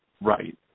Right